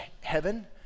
heaven